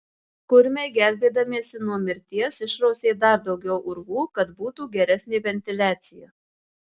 kurmiai gelbėdamiesi nuo mirties išrausė dar daugiau urvų kad būtų geresnė ventiliacija